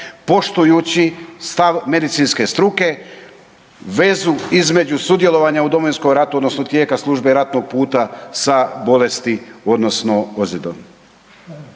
poštujući stav medicinske struke, vezu između sudjelovanja u Domovinskom ratu odnosno tijeku službe ratnog puta sa bolesti odnosno ozljedom.